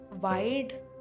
wide